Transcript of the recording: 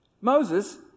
Moses